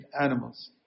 animals